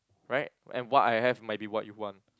right and what I have maybe what you want